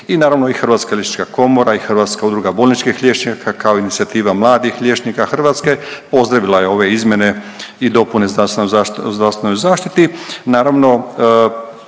I naravno i Hrvatska liječnička komora i Hrvatska udruga bolničkih liječnika, kao i Inicijativa mladih liječnika Hrvatske pozdravila je ove izmjene i dopune o zdravstvenoj zaštiti.